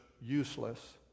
useless